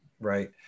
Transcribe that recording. right